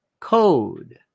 Code